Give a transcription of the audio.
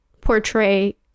portray